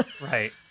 right